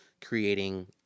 creating